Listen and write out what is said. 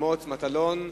מוץ מטלון,